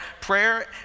prayer